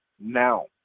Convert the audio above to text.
now